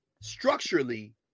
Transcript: structurally